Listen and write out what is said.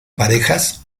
parejas